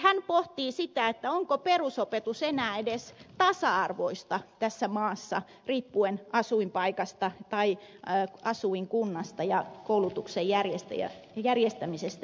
hän pohtii sitä onko perusopetus enää edes tasa arvoista tässä maassa riippuen asuinpaikasta tai asuinkunnasta ja koulutuksen järjestämisestä